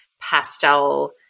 pastel